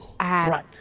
right